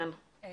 על